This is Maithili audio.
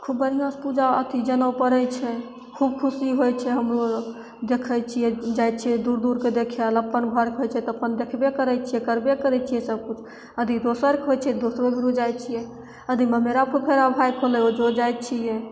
तऽ खूब बढ़िआँसे पूजा अथी जनउ पड़ै छै खूब खुशी होइ छै हमहूँ आओर देखै छिए जाइ छिए दूर दूरके देखै ले अपन घरके होइ छै तऽ अपन देखबे करै छिए करबे करै छिए सबकिछु अथी दोसरके होइ छै दोसरो भिरु जाइ छिए यदि ममेरा फुफेरा भाइके होलै ओहिजो जाइ छिए